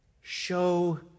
show